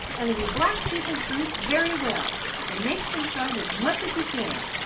and that he blacks people's boots very well and makes them shine as much as he can.